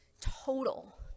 total